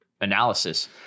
analysis